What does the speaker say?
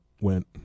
went